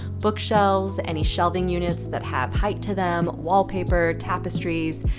bookshelves, any shelving units that have height to them, wallpaper, tapestries,